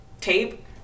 tape